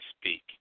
speak